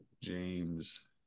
James